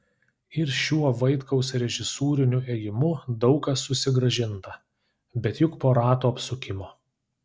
ir šiuo vaitkaus režisūriniu ėjimu daug kas susigrąžinta bet juk po rato apsukimo